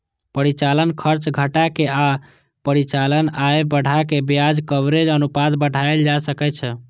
परिचालन खर्च घटा के आ परिचालन आय बढ़ा कें ब्याज कवरेज अनुपात बढ़ाएल जा सकै छै